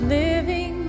living